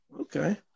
Okay